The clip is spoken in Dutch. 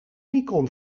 nikon